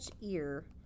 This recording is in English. ear